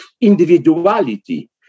individuality